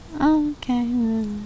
okay